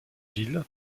l’île